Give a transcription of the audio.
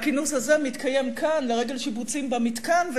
והכינוס הזה מתקיים כאן לרגל שיפוצים במתקן,